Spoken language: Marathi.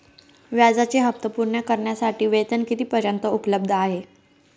व्याजाचे हप्ते पूर्ण करण्यासाठी वेतन किती पर्यंत उपलब्ध आहे?